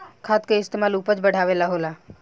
खाद के इस्तमाल उपज बढ़ावे ला होला